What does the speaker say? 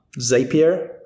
zapier